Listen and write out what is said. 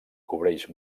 cobreix